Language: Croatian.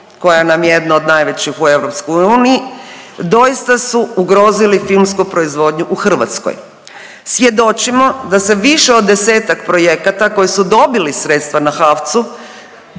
koja nam je jedna od najvećih u EU, doista su ugrozili filmsku proizvodnju u Hrvatskoj. Svjedočimo da se više od 10-ak projekata koji su dobili sredstva na HAVC-u